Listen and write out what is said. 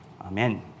Amen